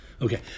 Okay